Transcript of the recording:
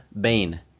bane